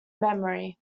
memory